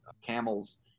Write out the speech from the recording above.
camels